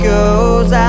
goes